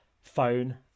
Phone